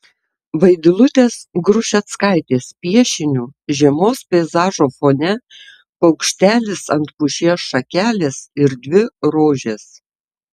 vaidilutės grušeckaitės piešiniu žiemos peizažo fone paukštelis ant pušies šakelės ir dvi rožės